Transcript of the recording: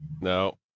No